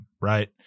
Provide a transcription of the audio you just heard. right